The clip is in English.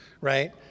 right